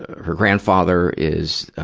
her grandfather is, ah,